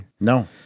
No